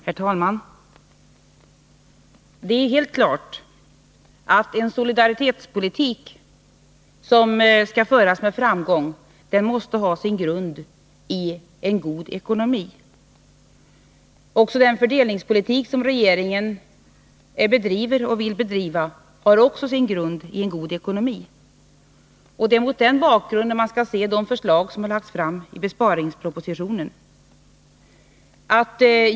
Herr talman! Det är helt klart att en solidaritetspolitik som skall föras med framgång måste ha sin grund i en god ekonomi. Också den fördelningspolitik som regeringen bedriver och vill bedriva skall ha sin grund i en god ekonomi. Det är mot den bakgrunden man skall se de förslag som har lagts fram i besparingspropositionen.